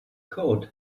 code